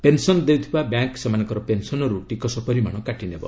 pension ଦେଉଥିବା bank ସେମାନଙ୍କର ପେନସନରୁ ଟିକସ ପରିମାଣ କାଟି ନେବ